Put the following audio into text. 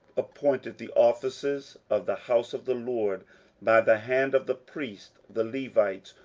appointed the offices of the house of the lord by the hand of the priests the levites,